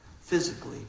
physically